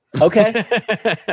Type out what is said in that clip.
Okay